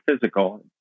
physical